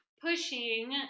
pushing